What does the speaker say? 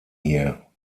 hier